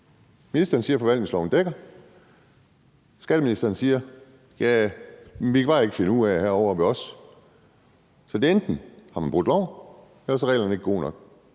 ministeren siger, at forvaltningsloven dækker, og skatteministeren siger: Ja, men vi kan bare ikke finde ud af det herovre ved os. Så enten har man brudt loven, ellers er reglerne ikke gode nok.